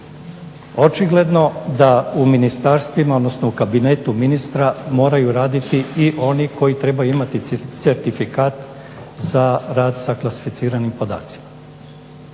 odnosno u kabinetu ministra moraju raditi i oni koji trebaju imati certifikat za rad sa klasificiranim podacima.